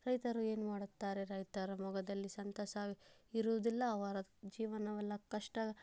ರೈತರು ಏನು ಮಾಡುತ್ತಾರೆ ರೈತರ ಮೊಗದಲ್ಲಿ ಸಂತಸ ಇರುವುದಿಲ್ಲ ಅವರ ಜೀವನವೆಲ್ಲ ಕಷ್ಟ